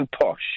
posh